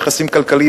יחסים כלכליים,